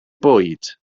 bwyd